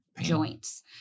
joints